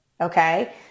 okay